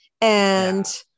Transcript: And-